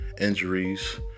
injuries